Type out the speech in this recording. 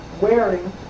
wearing